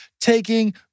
taking